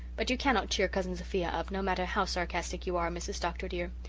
but you cannot cheer cousin sophia up, no matter how sarcastic you are, mrs. dr. dear.